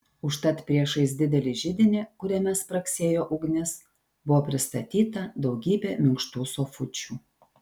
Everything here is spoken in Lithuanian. užtat priešais didelį židinį kuriame spragsėjo ugnis buvo pristatyta daugybė minkštų sofučių